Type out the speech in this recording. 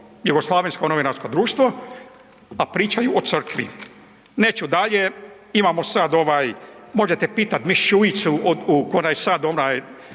jugoslavensko novinarsko društvo, a pričaju o crkvi. Neću dalje, imamo sad ovaj možete pitat mis Šuicu koja je sad onaj